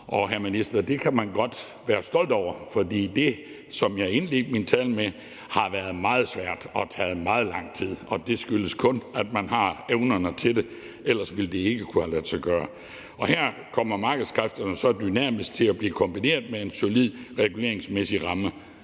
og hr. minister, det kan man godt være stolt over, for det har, som jeg indledte min tale med at sige, været meget svært og taget meget lang tid, og gennemførelsen skyldes kun, at man har evnerne til det. Ellers ville det ikke kunne have ladet sig gøre. Her kommer markedskræfterne så dynamisk til at blive kombineret med en solid reguleringsmæssig ramme.